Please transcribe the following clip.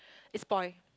it spoil